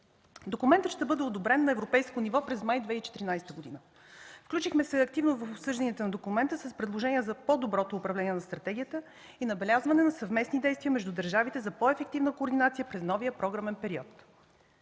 Документът ще бъде одобрен на европейско ниво през май 2014 г. Включихме се активно в обсъжданията на документа с предложения за по-доброто управление на стратегията и набелязване на съвместни действия между държавите за по-ефективна координация през новия програмен период.